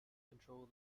control